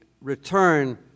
return